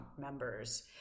members